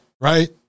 right